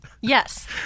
Yes